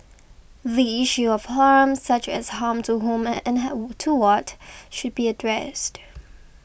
the issue of harm such as harm to whom and to what should be addressed